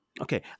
okay